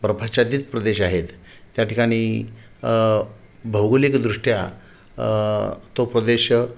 बर्फाच्छादित प्रदेश आहेत त्या ठिकाणी भौगोलिकदृष्ट्या तो प्रदेश